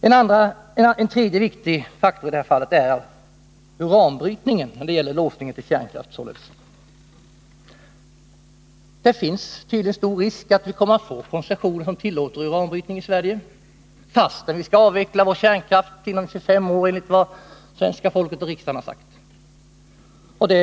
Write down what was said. En annan viktig faktor när det gäller låsningen till kärnkraft är uranbrytningen. Det finns tydligen stor risk för att vi får koncessioner som tillåter uranbrytning i Sverige, fastän vi skall avveckla kärnkraften på 25 år, enligt vad svenska folket och riksdagen har sagt.